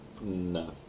No